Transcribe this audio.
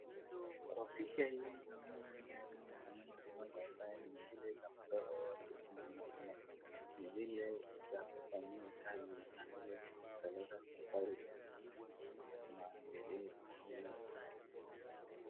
Kwa picha hii naona gari moja ambayo ni zile za kubeba watu, ni zile za kufanyia kazi na ni zile za kupeleka mahali maabiria.